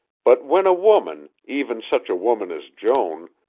but when a woman, even such a woman as joan,